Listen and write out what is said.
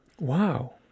Wow